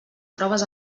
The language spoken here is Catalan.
proves